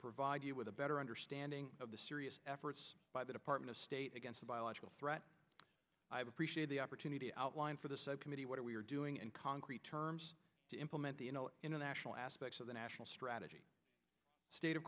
provide you with a better understanding of the serious efforts by the department of state against a biological threat i appreciate the opportunity to outline for the subcommittee what we are doing in concrete terms to implement the international aspects of the national strategy state of